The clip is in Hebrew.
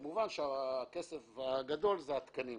כמובן, הכסף הגדול הוא התקנים.